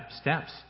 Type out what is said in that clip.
steps